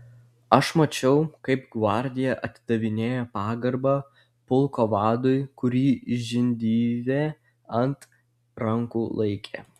aš mačiau kaip gvardija atidavinėjo pagarbą pulko vadui kurį žindyvė ant rankų laikė